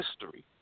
history